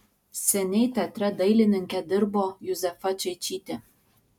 seniai teatre dailininke dirbo juzefa čeičytė